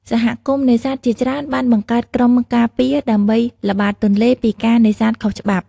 សហគមន៍នេសាទជាច្រើនបានបង្កើត ក្រុមការពារ ដើម្បីល្បាតទន្លេពីការនេសាទខុសច្បាប់។